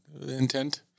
intent